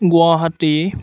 Guwahati